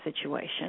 situation